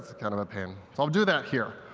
kind of a pain. so i'll do that here.